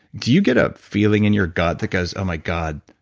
do you get a feeling in your gut that goes, oh my god.